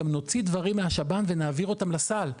גם נוציא דברים מהשב"ן ונעביר אתכם לסל.